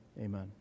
amen